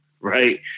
right